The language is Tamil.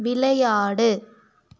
விளையாடு